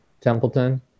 Templeton